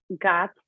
got